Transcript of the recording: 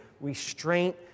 restraint